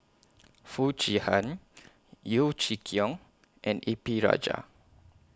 Foo Chee Han Yeo Chee Kiong and A P Rajah